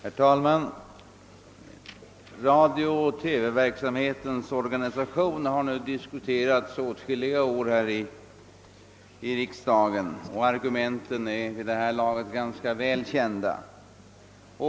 Herr talman! Radiooch TV-verksamhetens organisation har nu diskuterats åtskilliga år här i riksdagen, och argumenten är vid detta laget ganska väl kända.